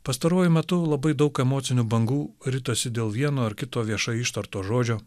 pastaruoju metu labai daug emocinių bangų ritosi dėl vieno ar kito viešai ištarto žodžio